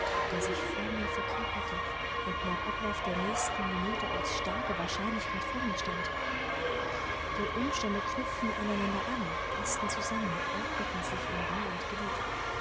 der sich vor mir verkörperte und nach ablauf der nächsten minute als starke wahrscheinlichkeit vor mir stand die umstände knüpften aneinander an paßten zusammen ordneten sich in reih und glied